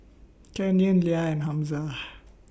Canyon Lea and Hamza